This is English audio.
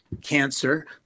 cancer